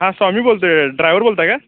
हां स्वामी बोलतो आहे ड्रायव्हर बोलत आहे काय